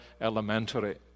elementary